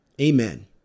Amen